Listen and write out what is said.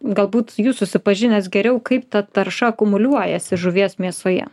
galbūt jūs susipažinęs geriau kaip ta tarša akumuliuojasi žuvies mėsoje